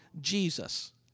Jesus